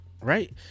right